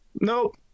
Nope